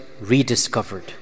rediscovered